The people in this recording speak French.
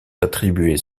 attribuées